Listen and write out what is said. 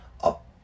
up